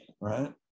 right